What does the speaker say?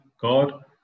God